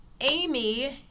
Amy